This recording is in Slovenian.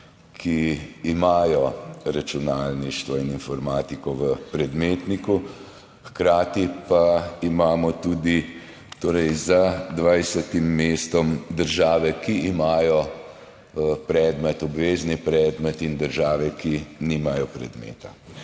ki imajo računalništvo in informatiko v predmetniku. Hkrati pa imamo tudi za dvajsetim mestom države, ki imajo ta predmet kot obvezni predmet, in države, ki nimajo tega predmeta.